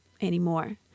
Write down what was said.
anymore